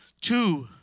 two